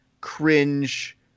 cringe